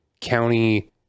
county